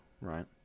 right